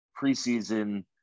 preseason